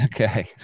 Okay